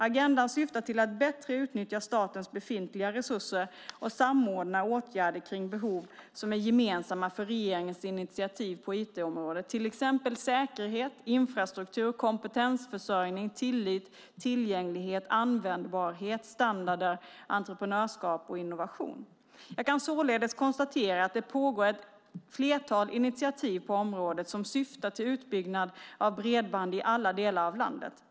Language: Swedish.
Agendan syftar till att bättre utnyttja statens befintliga resurser och samordna åtgärder kring behov som är gemensamma för regeringens initiativ på IT-området, till exempel säkerhet, infrastruktur, kompetensförsörjning, tillit, tillgänglighet, användbarhet, standarder, entreprenörskap och innovation. Jag kan således konstatera att det pågår ett flertal initiativ på området som syftar till utbyggnad av bredband i alla delar av landet.